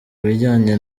bijyanye